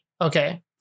okay